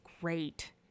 great